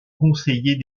conseillers